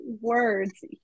words